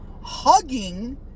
hugging